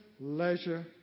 Leisure